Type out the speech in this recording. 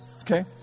Okay